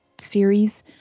series